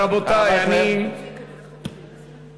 ורבותי, אני,